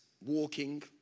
walking